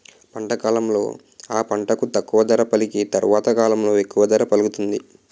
పంట కాలంలో ఆ పంటకు తక్కువ ధర పలికి తరవాత కాలంలో ఎక్కువ ధర పలుకుతుంది